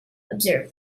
observed